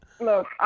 Look